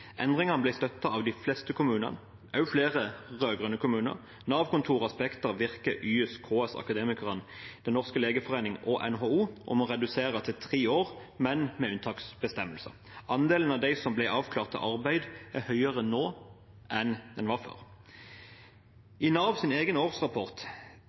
Endringene om å redusere til tre år ble støttet av de fleste kommunene, også flere rød-grønne kommuner, Nav-kontorene, Spekter, Virke, YS, KS, Akademikerne, Den norske legeforening og NHO, men med unntaksbestemmelser. Andelen av dem som ble avklart til arbeid, er høyere nå enn den var